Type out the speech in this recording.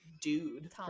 dude